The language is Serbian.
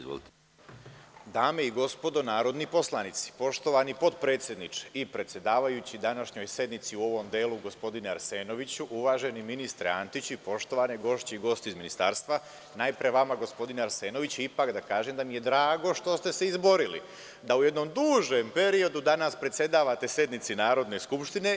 Dame i gospodo narodni poslanici, poštovani potpredsedniče i predsedavajući današnjoj sednici u ovom delu, gospodine Arsenoviću, uvaženi ministre Antiću i poštovane gošće i gosti iz Ministarstva, najpre vama, gospodine Arsenoviću, ipak da kažem da mi je drago što ste se izborili da u jednom dužem periodu danas predsedavate sednici Narodne skupštine.